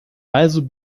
also